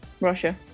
Russia